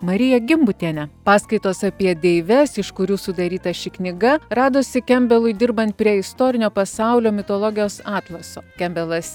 mariją gimbutienę paskaitos apie deives iš kurių sudaryta ši knyga radosi kembelui dirbant prie istorinio pasaulio mitologijos atlaso kembelas